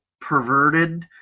perverted